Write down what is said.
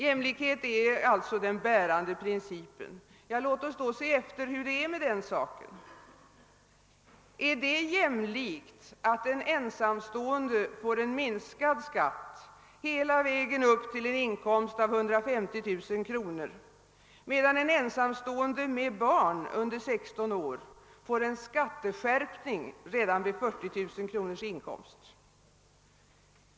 Jämlikhet är alltså den bärande principen. Ja, låt oss då se efter hur det är med: den saken. Är det jämlikt att en ensamstående får en minskad skatt hela vägen upp till en inkomst av 150 000 kr., medan en ensamstående med barn under 16 år får en skatteskärpning redan vid 40 0009 kronors inkomst?